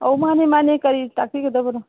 ꯑꯧ ꯃꯥꯟꯅꯦ ꯃꯥꯟꯅꯦ ꯀꯔꯤ ꯇꯥꯛꯄꯤꯒꯗꯕꯅꯣ